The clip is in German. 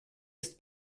ist